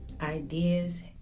ideas